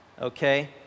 Okay